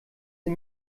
sie